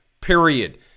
period